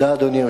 אדוני.